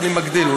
אני מגדיל.